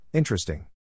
Interesting